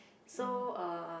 so uh